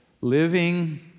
living